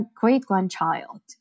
great-grandchild